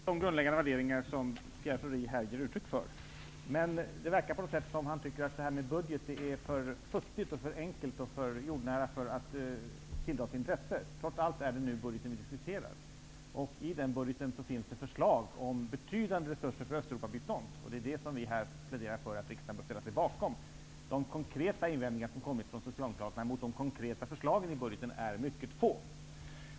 Fru talman! Jag delar de grundläggande värderingar som Pierre Schori här ger uttryck för. Men det verkar som om han tycker att budget är något som är för futtigt, enkelt och jordnära för att tilldra sig intresse. Nu är det trots allt budgeten vi diskuterar. I den budgeten finns det förslag om betydande resurser för Östeuropabistånd. Det är det vi pläderar för att riksdagen bör ställa sig bakom. De konkreta invändningar som kommit från socialdemokraterna mot de konkreta förslagen i budgeten är mycket få.